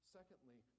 Secondly